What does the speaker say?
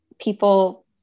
people